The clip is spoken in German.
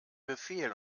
befehl